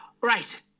Right